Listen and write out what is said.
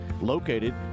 located